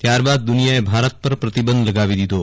ત્યારબાદ દુનિયાએ ભારત પર પ્રતિબંધ લગાવી દીધો